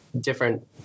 different